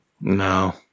No